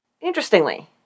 Interestingly